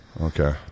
Okay